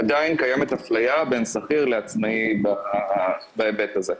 עדיין קיימת אפליה בין שכיר לעצמאי בהיבט הזה.